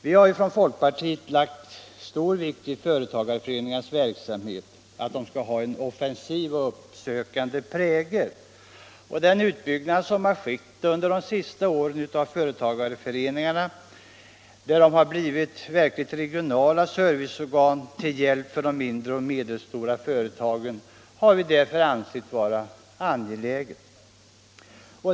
Vi har från folkpartiet lagt stor vikt vid företagareföreningarnas verksamhet, vid att de skall ha en offensiv och uppsökande prägel. Den utbyggnad av företagareföreningarna som har skett under de senaste åren, då de har blivit verkliga regionala serviceorgan till hjälp för de mindre och medelstora företagen, har vi därför ansett vara angelägen.